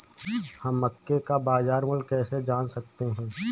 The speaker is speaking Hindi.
हम मक्के का बाजार मूल्य कैसे जान सकते हैं?